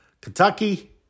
Kentucky